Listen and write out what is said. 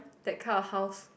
that kind of house